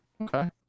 Okay